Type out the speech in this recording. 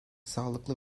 sağlıklı